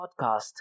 Podcast